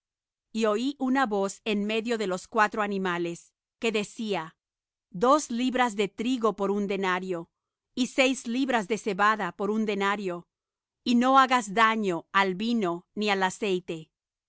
y oí una voz en medio de los cuatro animales que decía dos libras de trigo por un denario y seis libras de cebada por un denario y no hagas daño al vino ni al aceite